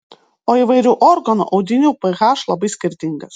o įvairių organų audinių ph labai skirtingas